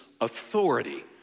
authority